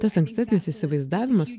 tas ankstesnis įsivaizdavimas